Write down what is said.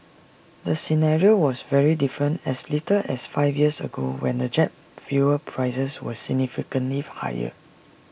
the scenario was very different as little as five years ago when the jet fuel prices were significantly higher